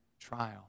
trial